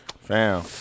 Fam